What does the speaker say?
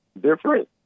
different